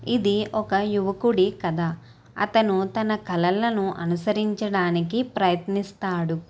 ఇది ఒక యువకుడి కథ అతను తన కలలను అనుసరించడానికి ప్రయత్నిస్తాడు